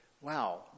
wow